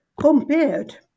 compared